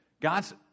God's